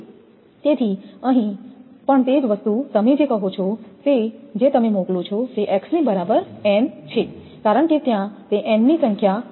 તેથી અહીં પણ તે જ વસ્તુ તમે જે કહો છો તે જે તમે મોકલો છો તે x ની બરાબર n છે કારણ કે ત્યાં તે n સંખ્યા ની ડિસ્ક છે